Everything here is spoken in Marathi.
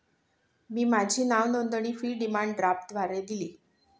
मी माझी नावनोंदणी फी डिमांड ड्राफ्टद्वारे दिली